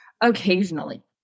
occasionally